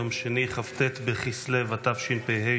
יום שני כ"ט בכסלו התשפ"ה,